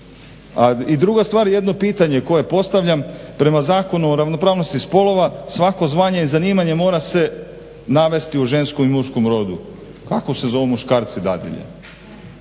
A i druga stvar jedno pitanje koje postavljam prema Zakonu o ravnopravnosti spolova svako znanje i zanimanje mora se navesti u ženskom i muškom rodu. Kako se zovu muškarci dadilje?